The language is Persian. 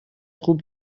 خوب